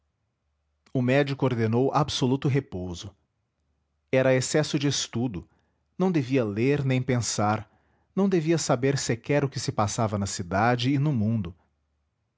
o médico ordenou absoluto repouso era excesso de estudo não devia ler nem pensar não devia saber sequer o que se passava na cidade e no mundo